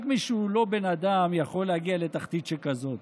רק מי שהוא לא בן אדם יכול להגיע לתחתית שכזאת.